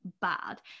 bad